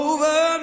Over